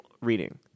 reading